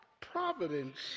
providence